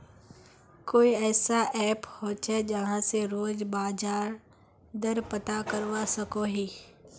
कोई ऐसा ऐप होचे जहा से रोज बाजार दर पता करवा सकोहो ही?